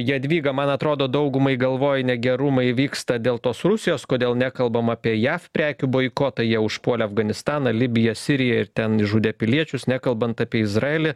jadvyga man atrodo daugumai galvoj negerumai vyksta dėl tos rusijos kodėl nekalbam apie jav prekių boikotą jie užpuolė afganistaną libiją siriją ir ten žudė piliečius nekalbant apie izraelį